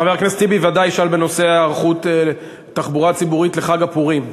חבר הכנסת טיבי ודאי ישאל בנושא היערכות תחבורה ציבורית לחג הפורים.